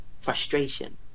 frustration